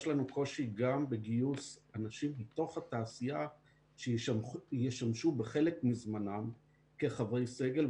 יש לנו קושי גם בגיוס אנשים מתוך התעשייה שישמשו בחלק מזמנם כחברי סגל.